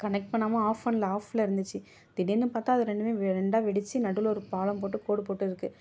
connect பண்ணாம off பண்ணல ஆப்ல இருந்துச்சு திடீர்னு பார்த்தா அது ரெண்டுன்னு ரெண்டாக வெடிச்சு நடுவுல ஒரு பாலம் போட்டு கோடு போட்டு இருக்கு